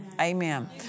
Amen